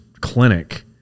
clinic